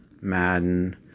Madden